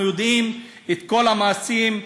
אנחנו מכירים את כל המעשים,